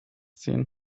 ziehen